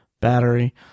battery